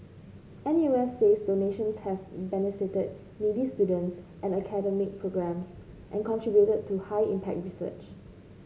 N U S says donations have benefited needy students and academic programmes and contributed to high impact research